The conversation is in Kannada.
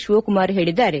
ಶಿವಕುಮಾರ್ ಹೇಳಿದ್ದಾರೆ